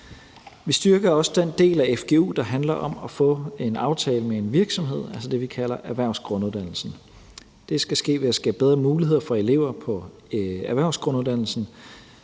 Vi styrker også den del af fgu, der handler om at få en aftale med en virksomhed, altså det, vi kalder erhvervsgrunduddannelsen. Det skal ske ved at skabe bedre muligheder for elever på erhvervsgrunduddannelsen.